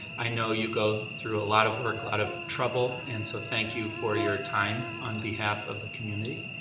i know you go through a lot of work, a lot of trouble, and so thank you for your time on behalf of the community.